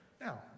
Now